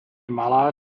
malá